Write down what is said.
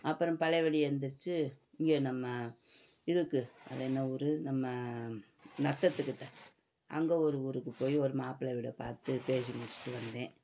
அப்புறம் பழையபடி எழுந்துரிச்சு இங்கே நம்ம இதுக்கு அது என்ன ஊர் நம்ம நத்தத்துக்கிட்டே அங்கே ஒரு ஊருக்குப் போய் ஒரு மாப்பிளை வீடை பார்த்து பேசி முடிச்சுட்டு வந்தேன்